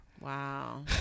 Wow